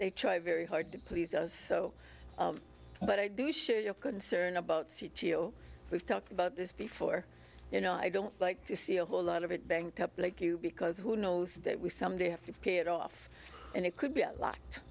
they try very hard to please does so but i do share your concern about we've talked about this before you know i don't like to see a whole lot of it banked up like you because who knows that we someday have to pay it off and it could be